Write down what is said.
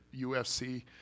UFC